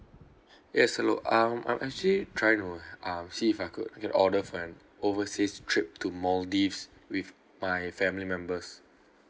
yes hello um I'm actually trying to uh see if I could order for an overseas trip to maldives with my family members